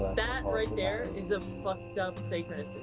that right there is a fucked up synchronicity.